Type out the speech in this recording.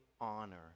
honor